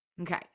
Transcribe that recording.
Okay